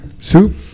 Soup